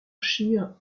scheer